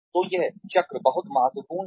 तो यह चक्र बहुत महत्वपूर्ण है